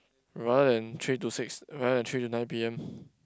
rather than three to six rather than three to nine P_M